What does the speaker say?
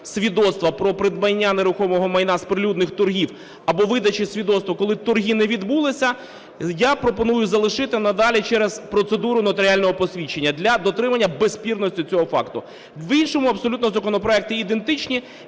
свідоцтва про придбання нерухомого майна з прилюдних торгів або видачі свідоцтва, коли торги не відбулися, я пропоную залишити надалі через процедуру нотаріального посвідчення для дотримання безспірності цього факту. В іншому абсолютно законопроекти ідентичні.